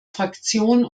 fraktion